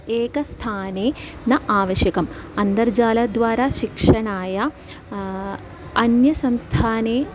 एकस्थाने न आवश्यकम् अन्तर्जालद्वारा शिक्षणाय अन्यसंस्थाने